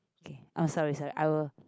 okay I'm sorry sorry I will